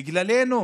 בגללנו